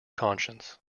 conscience